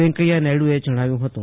વૈકૈયાનાયડુએ જણાવ્યું હતું